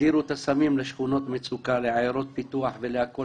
אנחנו עוקבים אחרי זה באופן קבוע בוועדה.